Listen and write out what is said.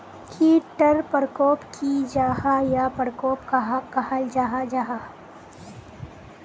कीट टर परकोप की जाहा या परकोप कहाक कहाल जाहा जाहा?